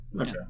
Okay